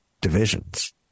divisions